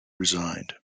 resigned